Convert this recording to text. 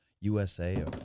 USA